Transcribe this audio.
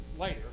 later